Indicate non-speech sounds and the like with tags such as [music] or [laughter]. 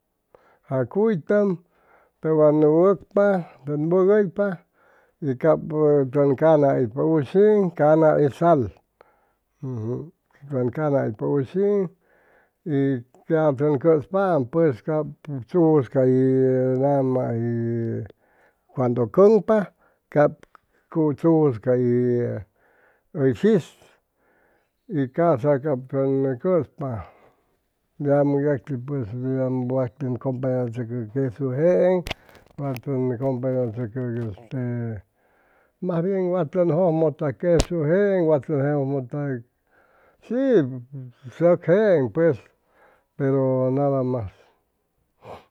Ca cuytʉm tʉwan wʉcpa tʉn wʉgʉypa y cap tʉn cana hʉypa ushiiŋ cana es sal [hesitation] tʉwan cana hʉypa ushiiŋ y ya tʉn cʉspaam pues cap chujus cay nana hʉy cuando cʉŋpa cap chujus cay hʉy shis y casa cap tʉn cʉspa yamʉ yacti wa tʉn acompanachʉcʉ quesu jeeŋ wa tun acompañachgʉcʉ este mas bien wa tʉn jʉjmʉta quesu jeeŋ a tʉn jʉjmʉta shi sʉc jeeŋ pues pero nada mas